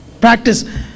practice